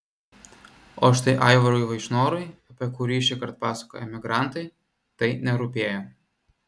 o štai aivarui vaišnorui apie kurį šįkart pasakoja emigrantai tai nerūpėjo